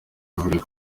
bavuga